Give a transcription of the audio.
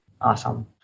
Awesome